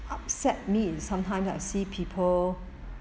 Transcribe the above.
upset me in sometimes I see people